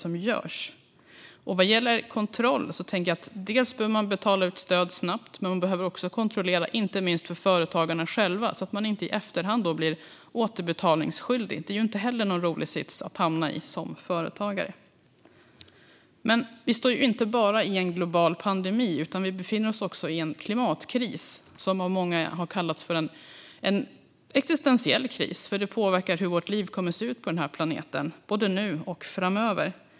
Sedan är det frågan om kontroll. Stöd ska betalas ut snabbt, men det behöver ske en kontroll inte minst för företagarna så att de inte i efterhand blir återbetalningsskyldiga. Det är inte heller en rolig sits att hamna i som företagare. Men vi står inte bara i en global pandemi, utan vi befinner oss också i en klimatkris. Den har av många kallats en existentiell kris. Den påverkar hur våra liv kommer att se ut på planeten nu och framöver.